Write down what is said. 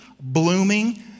blooming